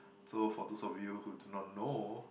so for those of you who do not know